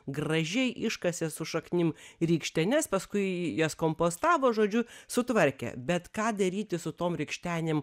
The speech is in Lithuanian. gražiai iškasė su šaknim rykštenes paskui jas kompostavo žodžiu sutvarkė bet ką daryti su tom rykštenėm